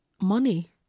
money